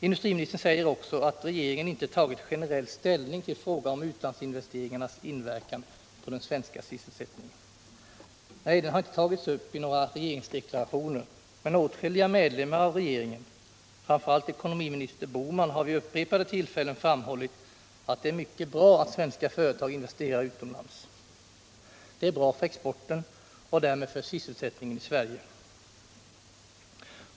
Industriministern säger också att regeringen inte tagit generell ställning till frågan om utlandsinvesteringarnas inverkan på den svenska syvsselsättningen. Nej, den har inte tagits upp i några regeringsdeklarationer, men åtskilliga medlemmar av regeringen, framför allt ekonomiminister Bohman, har vid upprepade tillfällen framhållit att det är mycket bra att svenska företag investerar utomlands. Det är bra för exporten och därmed för sysselsättningen i Sverige.